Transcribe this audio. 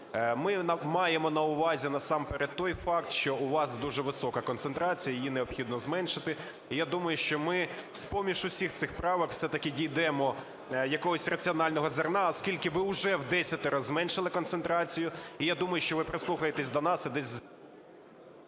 Ми маємо на увазі насамперед той факт, що у вас дуже висока концентрація, її необхідно зменшити. І я думаю, що ми з-поміж всіх цих правок все-таки дійдемо якогось раціонального зерна, оскільки ви вже вдесятеро зменшили концентрацію. І я думаю, що ви прислухаєтесь до нас